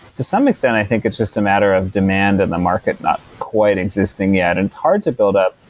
to some extent, i think it's just a matter of demand in the market not quite existing yet. it's hard to build up